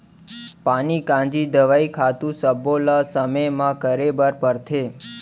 पानी कांजी, दवई, खातू सब्बो ल समे म करे बर परथे